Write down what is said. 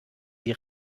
sie